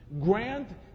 grant